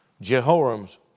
Jehoram's